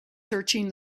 searching